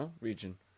region